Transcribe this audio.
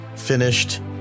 finished